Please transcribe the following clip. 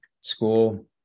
school